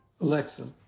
Alexa